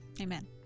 Amen